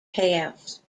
house